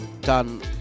done